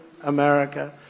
America